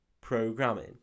programming